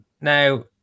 Now